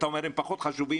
אתה ואמר שהם פחות חשובים